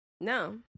No